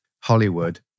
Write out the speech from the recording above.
Hollywood